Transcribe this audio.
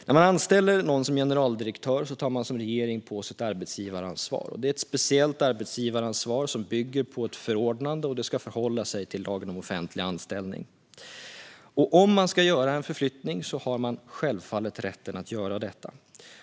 När man anställer någon som generaldirektör tar man som regering på sig ett arbetsgivaransvar. Det är ett speciellt arbetsgivaransvar som bygger på ett förordnande, och det ska förhålla sig till lagen om offentlig anställning. Man har självfallet rätten att göra en förflyttning.